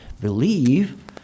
believe